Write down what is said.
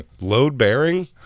Load-bearing